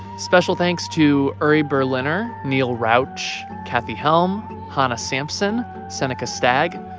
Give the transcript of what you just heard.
special thanks to uri berliner, neil rouch, cathy helm, hannah sampson, seneca stag,